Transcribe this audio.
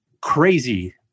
crazy